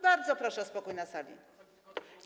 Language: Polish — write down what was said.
Bardzo proszę o spokój na sali.